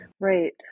Right